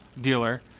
dealer